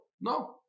No